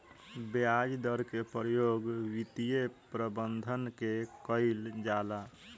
ब्याज दर के प्रयोग वित्तीय प्रबंधन में कईल जाला